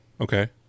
Okay